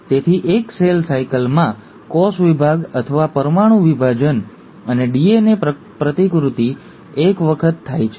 તેથી એક સેલ સાયકલમાં કોષ વિભાગ અથવા પરમાણુ વિભાજન અને ડીએનએ પ્રતિકૃતિ એક વખત થાય છે